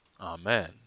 Amen